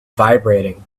vibrating